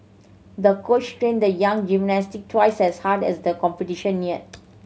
the coach trained the young gymnast twice as hard as the competition neared